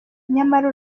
nyamara